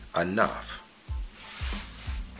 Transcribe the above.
enough